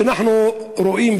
כשאנחנו רואים,